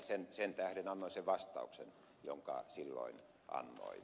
sen tähden annoin sen vastauksen jonka silloin annoin